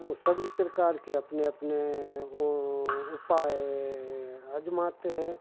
वह सभी प्रकार के अपने अपने वह उपाय आज़माते हैं